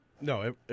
No